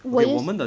我也是